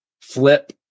flip